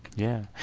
yeah.